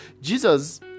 jesus